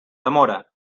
demora